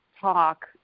talk